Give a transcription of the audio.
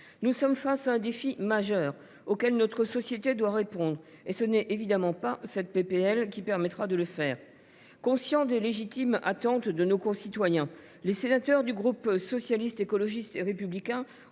Nous sommes face à un défi majeur, auquel notre société doit répondre – et ce n’est évidemment pas cette proposition de loi qui permettra de le faire… Conscients des légitimes attentes de nos concitoyens, les sénateurs du groupe Socialiste, Écologiste et Républicain